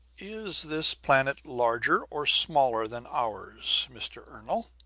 is this planet larger or smaller than ours, mr. ernol?